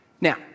Now